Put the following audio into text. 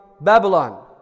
Babylon